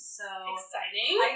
Exciting